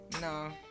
No